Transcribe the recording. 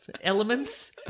elements